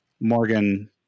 Morgan